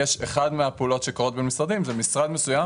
אחת הפעולות שקורות בין משרדים זה שמשרד מסוים